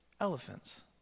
elephants